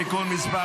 תיקון מס'